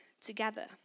together